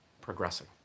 progressing